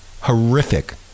horrific